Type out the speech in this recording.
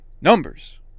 Numbers